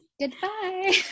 goodbye